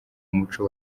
muco